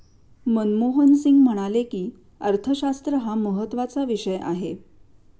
मनमोहन सिंग म्हणाले की, अर्थशास्त्र हा महत्त्वाचा विषय आहे